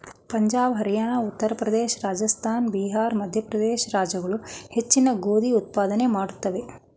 ಪಂಜಾಬ್ ಹರಿಯಾಣ ಉತ್ತರ ಪ್ರದೇಶ ರಾಜಸ್ಥಾನ ಬಿಹಾರ್ ಮಧ್ಯಪ್ರದೇಶ ರಾಜ್ಯಗಳು ಹೆಚ್ಚಿನ ಗೋಧಿ ಉತ್ಪಾದನೆ ಮಾಡುತ್ವೆ